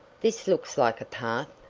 this looks like a path,